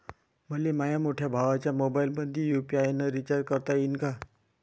मले माह्या मोठ्या भावाच्या मोबाईलमंदी यू.पी.आय न रिचार्ज करता येईन का?